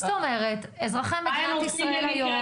זאת אומרת שאזרחי מדינת ישראל היום